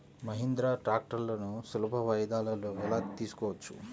మహీంద్రా ట్రాక్టర్లను సులభ వాయిదాలలో ఎలా తీసుకోవచ్చు?